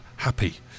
Happy